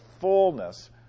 fullness